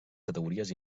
categories